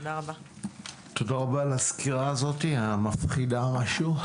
תודה רבה על הסקירה המפחידה משהו.